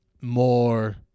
more